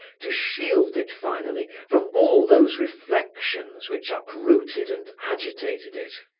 to shield it finally from all those reflections which uprooted and agitated it.